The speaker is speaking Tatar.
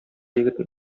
егетне